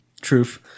truth